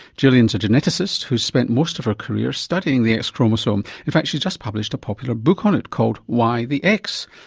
gillian's a geneticist who's spent most of her career studying the x chromosome. in fact she's just published a popular book on it called y the x?